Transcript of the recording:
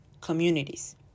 communities